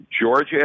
Georgia